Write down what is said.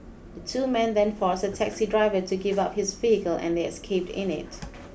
the two men then forced a taxi driver to give up his vehicle and they escaped in it